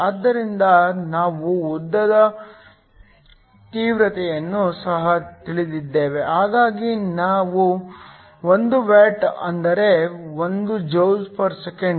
ಆದ್ದರಿಂದ ನಾವು ಉದ್ದದ ತೀವ್ರತೆಯನ್ನು ಸಹ ತಿಳಿದಿದ್ದೇವೆ ಹಾಗಾಗಿ ನಾನು 1 ವ್ಯಾಟ್ ಅಂದರೆ 1 Js 1